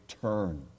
turn